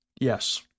Yes